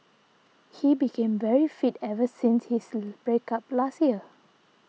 he became very fit ever since his break up last year